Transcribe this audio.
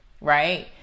right